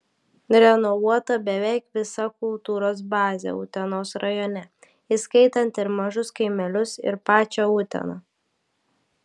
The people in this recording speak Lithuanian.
renovuota beveik visa kultūros bazė utenos rajone įskaitant ir mažus kaimelius ir pačią uteną